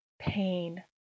Pain